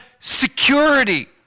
security